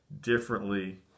differently